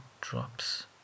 drops